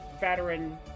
veteran